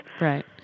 Right